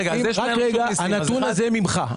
הנתון הזה ממך.